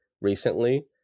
recently